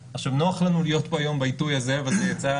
נוח לנו להיות פה היום בעיתוי הזה, זה יצא